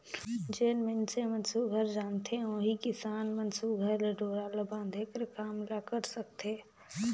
जेन मइनसे मन सुग्घर जानथे ओही किसान मन सुघर ले डोरा ल बांधे कर काम ल करे सकथे